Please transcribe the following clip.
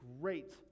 great